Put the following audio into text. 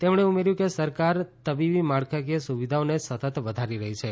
તેમણે ઉમેર્યું કે સરકાર તબીબી માળખાકીય સુવિધાઓને સતત વધારી રહી છે